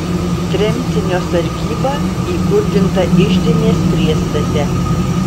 tremtinio sargyba įkurdinta iždinės priestate